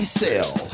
sell